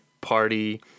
party